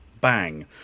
bang